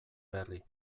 berri